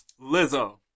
Lizzo